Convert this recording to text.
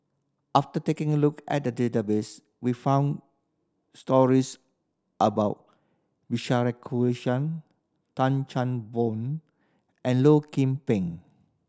after taking a look at the database we found stories about Bilahari Kausikan Tan Chan Boon and Low Kim Pong